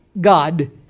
God